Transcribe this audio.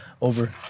over